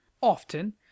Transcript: Often